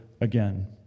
Again